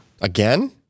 Again